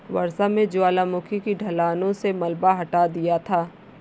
वर्षा ने ज्वालामुखी की ढलानों से मलबा हटा दिया था